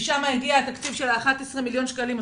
משם הגיע התקציב של 11 מיליון שקלים,